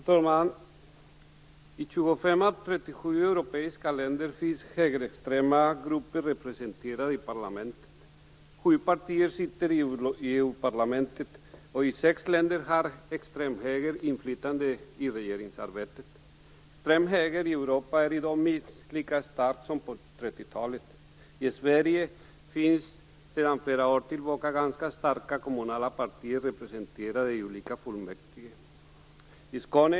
Fru talman! I 25 av 37 europeiska länder finns högerextrema grupper representerade i parlamentet. Sju partier sitter i EU-parlamentet. I sex länder har extremhögern inflytande i regeringsarbetet. Extremhögern i Europa är i dag minst lika stark som på 30 talet. I Sverige finns sedan flera år tillbaka ganska starka kommunala partier representerade i olika fullmäktigeförsamlingar.